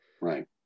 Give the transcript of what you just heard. right